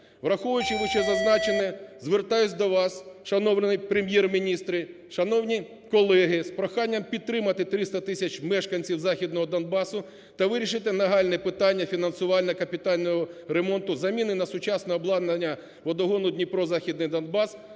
Враховуючи вище зазначене, звертаюся до вас, шановні прем'єр-міністри, шановні колеги, з проханням підтримати 300 тисяч мешканців західного Донбасу та вирішити нагальне питання фінансування капітального ремонту, заміни на сучасне обладнання водогону "Дніпро-Західний Донбас",